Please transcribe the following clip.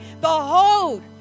Behold